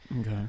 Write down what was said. Okay